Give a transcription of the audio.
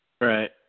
Right